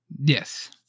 yes